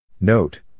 Note